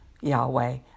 Yahweh